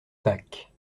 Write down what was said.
pâques